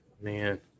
man